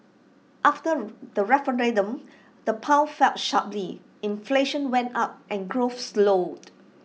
after the referendum the pound fell sharply inflation went up and growth slowed